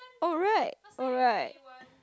alright alright